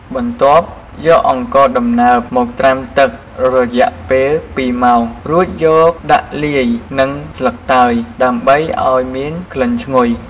បន្ទាប់យកអង្ករដំណើបមកត្រាំទឹករយៈពេល២ម៉ោង រួចយកដាក់លាយនឹងស្លឹកតើយ ដើម្បីឱ្យមានក្លិនឈ្ងុយ។